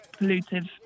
pollutive